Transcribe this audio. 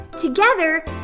Together